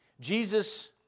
Jesus